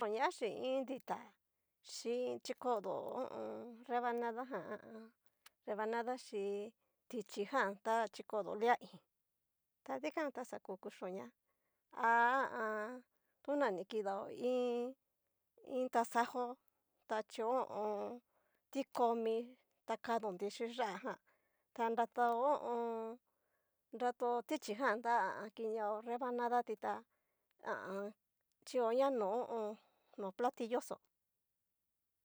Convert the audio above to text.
Chikodoña chín iin ditá chi chikodo ho o on. rebanada jan ha a an. rebanada xhí. tichí jan ta chikodo lia i'in ta dikan ta xa ku kuchioña, ha a an. tona ni kidao iin, iin tasajo ta chio ho o on. tikomi ta kadon ti chín yá'a jan ta rató ho o on. rató tichi jan ta ha a an. kineo rebanaatí, ta ha a an. chioña no'o ho o on. platillo xó.